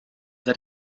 seit